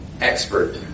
expert